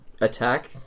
attack